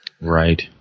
Right